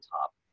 top